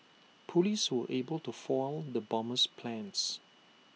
Police were able to foil the bomber's plans